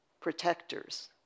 protectors